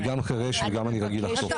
אני גם חירש וגם רגיל לחטוף אש.